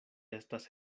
estas